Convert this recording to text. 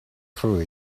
through